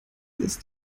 ist